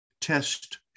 test